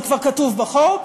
זה כבר כתוב בחוק,